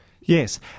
Yes